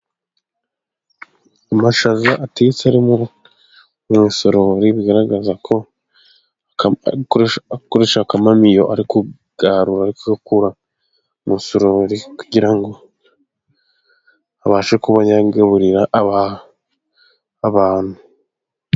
Amashaza atetse, ari mu isorori, bigaragaza ko ari gukoresha akamomiyo, ari kuyarura, ari kuyakura mu isorori, kugira abashe kuba yagaburira abantu.